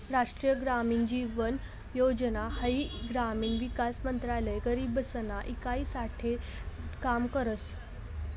राष्ट्रीय ग्रामीण जीवन योजना हाई ग्रामीण विकास मंत्रालय गरीबसना ईकास साठे काम करस